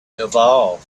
evolve